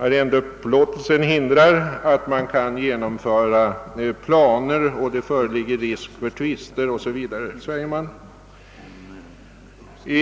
Arrendeupplåtelsen kan vidare hindra genomförande av plan och det föreligger risk för att tvister uppstår, säger man bl.a.